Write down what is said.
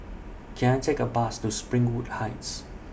Can I Take A Bus to Springwood Heights